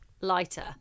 lighter